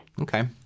Okay